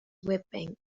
whipping